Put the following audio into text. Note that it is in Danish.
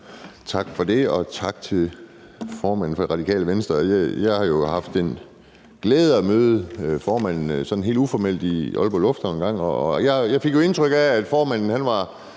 Tak for det, og tak til formanden for Radikale Venstre. Jeg har jo haft den glæde at møde formanden sådan helt uformelt i Aalborg Lufthavn engang, og jeg fik indtryk af, at formanden var